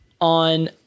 on